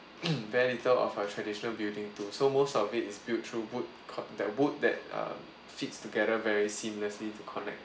than little of our traditional building too so most of it is built through wood cut that wood that uh fits together very seamlessly to connect